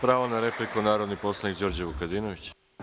Pravo na repliku, narodni poslanik Đorđe Vukadinović.